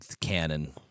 canon